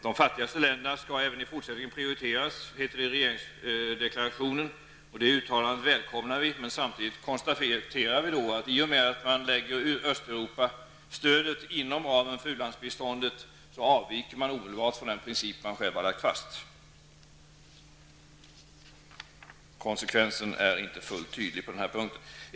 De fattigaste länderna skall även i fortsättningen prioriteras, heter det i regeringsdeklarationen. Vi välkomnar det uttalandet, men samtidigt konstaterar vi att i och med att man lägger Östeuropastödet inom ramen för u-landsbiståndet avviker man omedelbart från den princip man själv har lagt fast. Konsekvensen är inte fullt tydlig på den här punkten.